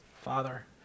Father